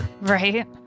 Right